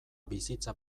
bizitza